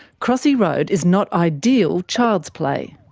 crossy road is not ideal child's play.